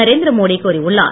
நரேந்திரமோடி கூறியுள்ளார்